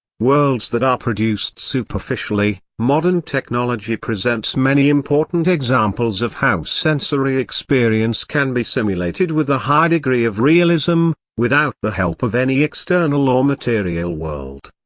worlds that are produced superficially modern technology presents many important examples of how sensory experience can be simulated with a high degree of realism, without the help of any external or material world.